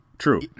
True